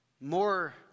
more